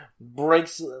breaks